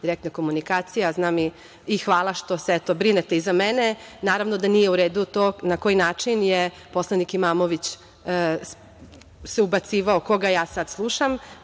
direktne komunikacije i hvala što se, eto, brinete i za mene. Naravno da nije u redu to na koji način se poslanik Imamović ubacivao koga ja sad